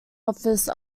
office